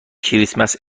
کریسمس